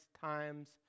times